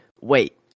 wait